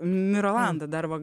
mirolanda dar va